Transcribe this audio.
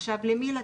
עכשיו למי לתת,